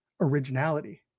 originality